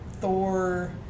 Thor